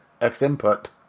X-input